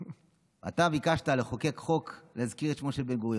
אתה ביקשת לחוקק חוק כי להזכיר את שמו של בן-גוריון.